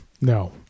no